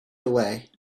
away